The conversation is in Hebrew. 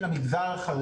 יש בתי ספר במגזר החרדי